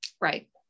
Right